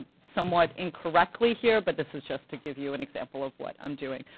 somewhat incorrectly here, but this is just to give you an example of what i'm doing.